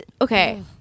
okay